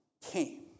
came